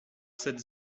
cette